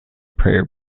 prayer